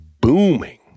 booming